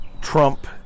Trump